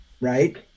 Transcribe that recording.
right